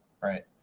right